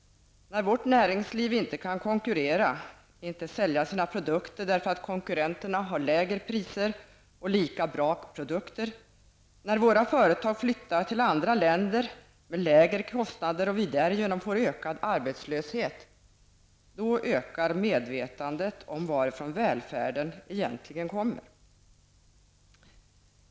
När vårt näringsliv inte kan konkurrera, inte sälja sina produkter därför att konkurrenterna har lägre priser och lika bra produkter, när våra företag flyttar till andra länder med lägre kostnader och vi därigenom får ökad arbetslöshet, då ökar medvetandet om varifrån välfärden egentligen kommer.